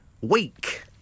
week